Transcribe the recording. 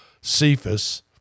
Cephas